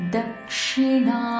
Dakshina